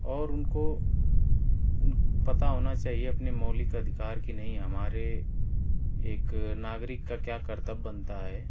और उनको उन पता होना चाहिए अपने मौलिक अधिकार की नहीं हमारे एक नागरिक का क्या कर्तव्य बनता है